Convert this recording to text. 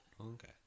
okay